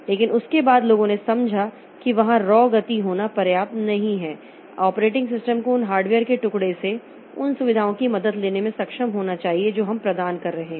लेकिन उसके बाद लोगों ने समझा कि वहां रॉ गति होना पर्याप्त नहीं है ऑपरेटिंग सिस्टम को उन हार्डवेयर के टुकड़े से उन सुविधाओं की मदद लेने में सक्षम होना चाहिए जो हम प्रदान कर रहे हैं